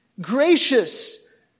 gracious